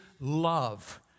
love